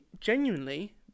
genuinely